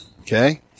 Okay